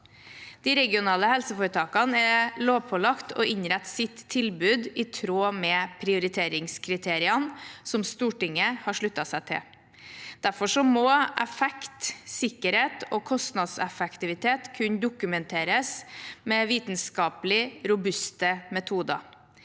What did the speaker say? De regionale helseforetakene er lovpålagt å innrette sitt tilbud i tråd med prioriteringskriteriene, som Stortinget har sluttet seg til. Derfor må effekt, sikkerhet og kostnadseffektivitet kunne dokumenteres med vitenskapelig robuste metoder.